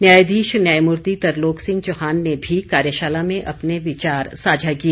न्यायाधीश न्यायमूर्ति तरलोक सिंह चौहान ने भी कार्यशाला में अपने विचार साझा किए